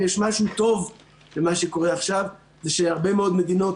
אם יש משהו טוב במה שקורה עכשיו זה שהרבה מאוד מדיניות